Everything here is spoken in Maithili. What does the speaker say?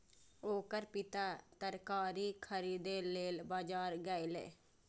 ओकर पिता तरकारी खरीदै लेल बाजार गेलैए